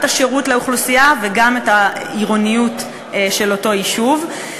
השירות לאוכלוסייה וגם את העירוניות של אותו יישוב.